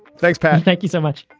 thanks, pal. thank you so much